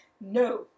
No